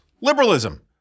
Liberalism